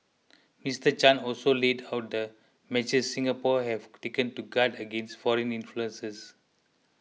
Mister Chan also laid out the measures Singapore have taken to guard against foreign influences